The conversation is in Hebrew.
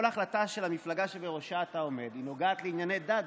כל החלטה של המפלגה שבראשה אתה עומד נוגעת לענייני דת,